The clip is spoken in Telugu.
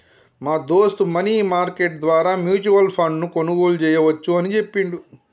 మా దోస్త్ మనీ మార్కెట్ ద్వారా మ్యూచువల్ ఫండ్ ను కొనుగోలు చేయవచ్చు అని చెప్పిండు